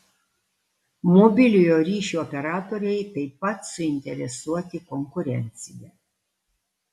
mobiliojo ryšio operatoriai taip pat suinteresuoti konkurencija